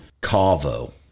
Cavo